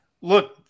Look